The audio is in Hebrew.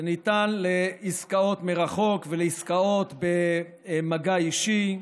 זה ניתן לעסקאות מרחוק ולעסקאות במגע אישי.